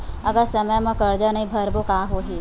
अगर समय मा कर्जा नहीं भरबों का होई?